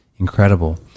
Incredible